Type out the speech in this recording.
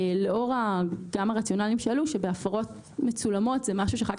לאור הרציונלים שעלו שבהפרות מצולמות זה משהו שאחר